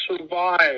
survive